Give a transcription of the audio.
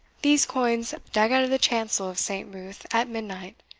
these coins dug out of the chancel of st. ruth at midnight.